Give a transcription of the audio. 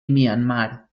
myanmar